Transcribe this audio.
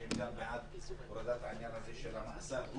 שהם גם בעד הורדת העניין הזה של המאסר.